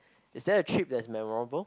is that a trip that memorable